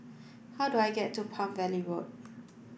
how do I get to Palm Valley Road